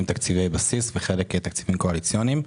שהיו בו הם תקציבי בסיס וחלק מהתקציבים הם תקציבים קואליציוניים.